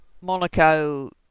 monaco